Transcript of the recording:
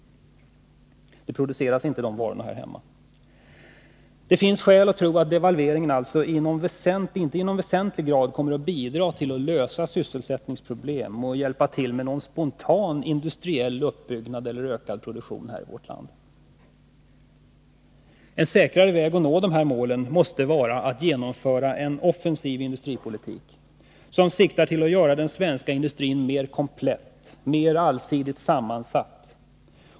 Det brister i den inhemska produktionen. Det finns skäl att tro att devalveringen inte i någon väsentlig grad kommer att bidra till att lösa sysselsättningsproblemen och hjälpa till med någon spontan industriell uppbyggnad eller ökad produktion här i vårt land. En säkrare väg att nå dessa mål måste vara att genomföra en offensiv industripolitik, som siktar till att göra den svenska industrin mer komplett, mer allsidigt sammansatt.